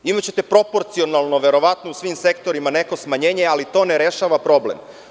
Imaćete proporcionalno, verovatno, u svim sektorima neko smanjenje, ali to ne rešava problem.